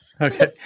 Okay